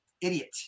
Idiot